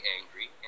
angry